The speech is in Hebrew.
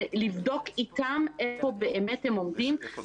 לבדוק איתם איפה באמת הם עומדים.